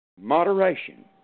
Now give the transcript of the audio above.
Moderation